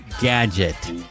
Gadget